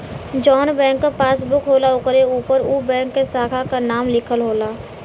जौन बैंक क पासबुक होला ओकरे उपर उ बैंक के साखा क नाम लिखल होला